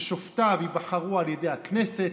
ששופטיו ייבחרו על ידי הכנסת,